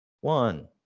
One